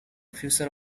future